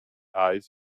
eyes